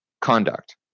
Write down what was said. conduct